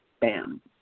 Bam